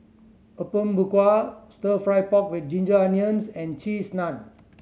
Apom Berkuah Stir Fry pork with ginger onions and Cheese Naan